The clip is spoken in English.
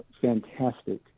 fantastic